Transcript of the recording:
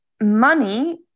money